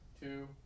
two